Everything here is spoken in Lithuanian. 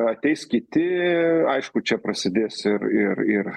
ateis kiti aišku čia prasidės ir ir ir